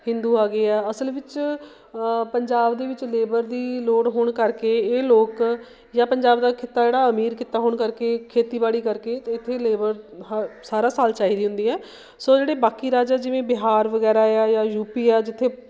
ਹਿੰਦੂ ਆ ਗਏ ਆ ਅਸਲ ਵਿੱਚ ਪੰਜਾਬ ਦੇ ਵਿੱਚ ਲੇਬਰ ਦੀ ਲੋੜ ਹੋਣ ਕਰਕੇ ਇਹ ਲੋਕ ਜਾਂ ਪੰਜਾਬ ਦਾ ਖਿੱਤਾ ਜਿਹੜਾ ਅਮੀਰ ਖਿੱਤਾ ਹੋਣ ਕਰਕੇ ਖੇਤੀਬਾੜੀ ਕਰਕੇ ਇੱਥੇ ਲੇਬਰ ਹ ਸਾਰਾ ਸਾਲ ਚਾਹੀਦੀ ਹੁੰਦੀ ਹੈ ਸੋ ਜਿਹੜੇ ਬਾਕੀ ਰਾਜਾ ਜਿਵੇਂ ਬਿਹਾਰ ਵਗੈਰਾ ਏ ਆ ਯਾ ਯੂ ਪੀ ਆ ਜਿੱਥੇ